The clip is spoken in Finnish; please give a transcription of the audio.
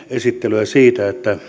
esittelyä siitä